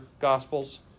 gospels